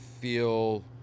feel